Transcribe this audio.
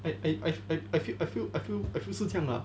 I I I I feel I feel I feel I feel 是这样 lah